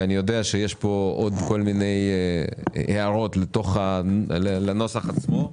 ואני יודע שיש עוד כל מיני הערות לנוסח עצמו.